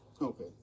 Okay